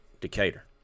Decatur